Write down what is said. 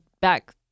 back